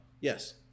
Yes